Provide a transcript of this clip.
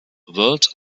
world